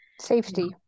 safety